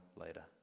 later